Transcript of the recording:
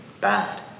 bad